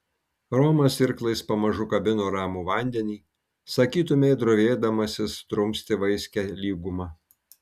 romas irklais pamažu kabino ramų vandenį sakytumei drovėdamasis drumsti vaiskią lygumą